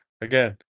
again